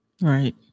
Right